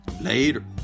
Later